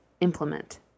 implement